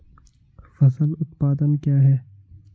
फसल उत्पादन क्या है?